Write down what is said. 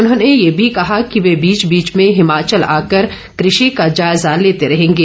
उन्होंने ये भी कहा कि वे बीच बीच में हिमाचल आकर कृषि का जायजा लेते रहेंगे